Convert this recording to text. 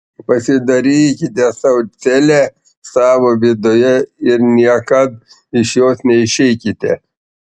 pasidarykite sau celę savo viduje ir niekad iš jos neišeikite